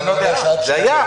--- שעת שאלות.